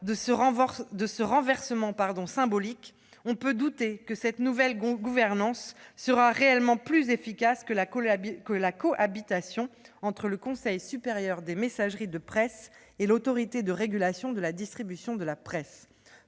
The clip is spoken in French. de ce renversement symbolique, on peut douter que cette nouvelle gouvernance soit réellement plus efficace que la cohabitation entre le Conseil supérieur des messageries de presse, le CSMP, et l'Autorité de régulation de la distribution de la presse,